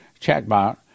chatbot